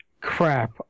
crap